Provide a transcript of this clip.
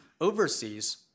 overseas